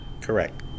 Correct